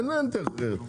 אין דרך אחרת.